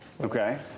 Okay